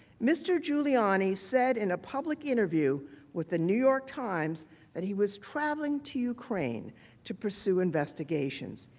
mr. giuliani said in a public interview with the new york times that he was traveling to ukraine to pursue investigations.